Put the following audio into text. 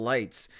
Lights